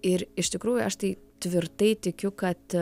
ir iš tikrųjų aš tai tvirtai tikiu kad